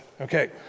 Okay